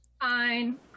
fine